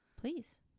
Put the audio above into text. Please